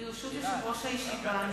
ברשות יושב-ראש הישיבה,